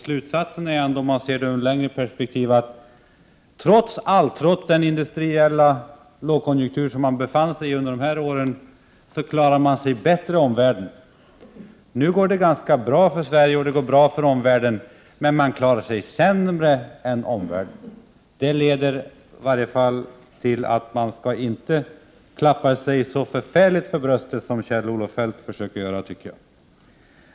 Slutsatsen är ändå, om man ser det hela i ett längre perspektiv, att trots den industriella lågkonjunktur som Sverige befann sig i under de icke-socialistiska åren klarade sig Sverige bättre än omvärlden. Nu går det ganska bra för Sverige och det går bra för omvärlden, men Sverige klarar sig sämre än omvärlden. Detta bör i varje fall leda till att Kjell-Olof Feldt inte skall försöka slå sig för bröstet så som han vill göra.